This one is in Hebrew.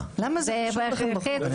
למה זה חשוב לכם בחוק?